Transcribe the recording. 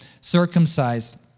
circumcised